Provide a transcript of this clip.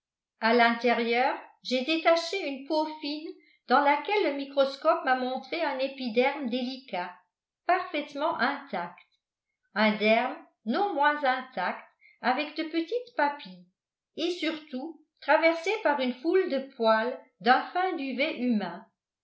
à l'intérieur j'ai détaché une peau fine dans laquelle le microscope m'a montré un épiderme délicat parfaitement intact un derme non moins intact avec de petites papilles et surtout traversé par une foule de poils d'un fin duvet humain